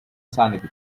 sanity